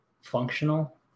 functional